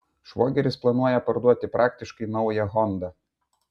švogeris planuoja parduoti praktiškai naują hondą